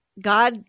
God